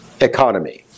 economy